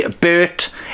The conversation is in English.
Bert